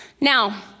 Now